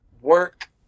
work